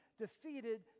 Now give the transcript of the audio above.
defeated